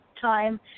time